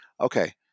okay